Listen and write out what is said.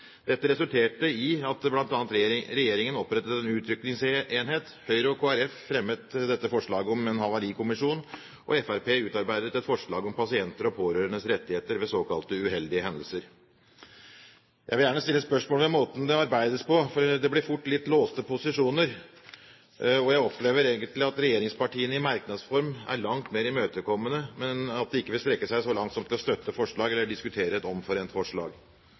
Dette resulterte bl.a. i at regjeringen opprettet en utrykningsenhet, Høyre og Kristelig Folkeparti fremmet dette forslaget om en havarikommisjon, og Fremskrittspartiet utarbeidet et forslag om pasienter og pårørendes rettigheter ved såkalte uheldige hendelser. Jeg vil gjerne stille spørsmål ved måten det arbeides på, for det ble fort litt låste posisjoner, og jeg opplever egentlig at regjeringspartiene er imøtekommende i merknadsform, men at de ikke vil strekke seg så langt som til å støtte et forslag eller diskutere et omforent forslag.